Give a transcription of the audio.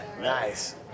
Nice